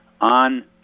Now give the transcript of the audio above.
on